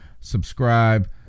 Subscribe